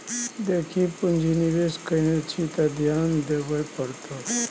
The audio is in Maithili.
देखी पुंजी निवेश केने छी त ध्यान देबेय पड़तौ